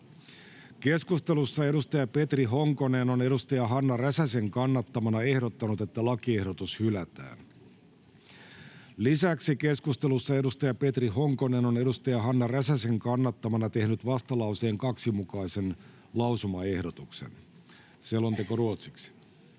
Keskustelussa edustaja Petri Honkonen on edustaja Hanna Räsäsen kannattamana ehdottanut, että lakiehdotus hylätään. Lisäksi keskustelussa edustaja Petri Honkonen on edustaja Hanna Räsäsen kannattamana tehnyt vastalauseen 2 mukaisen lausumaehdotuksen. — Selonteko ruotsiksi.